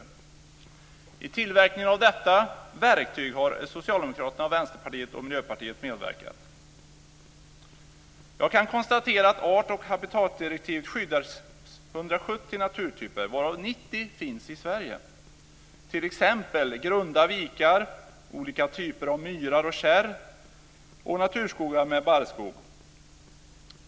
Vid tillverkningen av detta verktyg har Socialdemokraterna, Jag kan konstatera att art och habitatdirektivet skyddar 170 naturtyper, varav 90 finns i Sverige, t.ex. grunda vikar, olika typer av myrar och kärr och naturskogar med barrskog.